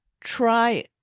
Try